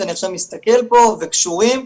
שאני עכשיו מסתכל פה והם קשורים.